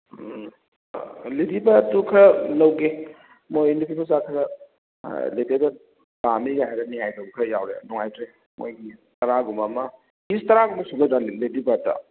ꯎꯝ lady ꯕꯥꯔꯗꯇꯨ ꯈꯔ ꯂꯧꯒꯦ ꯃꯣꯏ ꯅꯨꯄꯤ ꯃꯆꯥ ꯈꯔ ꯂꯦꯗꯤ ꯕꯥꯔꯗ ꯄꯥꯝꯃꯦꯒ ꯍꯥꯏꯔ ꯅꯤꯉꯥꯏ ꯇꯧꯕ ꯈꯔ ꯌꯥꯎꯔꯦ ꯅꯨꯡꯉꯥꯏꯇ꯭ꯔꯦ ꯃꯣꯏꯒꯤ ꯇꯔꯥꯒꯨꯝꯕ ꯑꯃ ꯄꯤꯁ ꯇꯔꯥꯃꯨꯛ ꯁꯨꯒꯗ꯭ꯔꯥ ꯂꯦꯗꯤ ꯕꯥꯔꯗꯇ